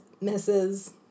misses